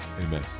Amen